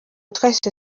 twahise